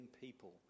people